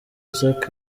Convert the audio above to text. isaac